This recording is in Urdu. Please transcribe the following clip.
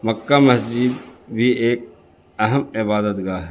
مکہ مسجد بھی ایک اہم عبادت گاہ ہے